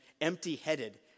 empty-headed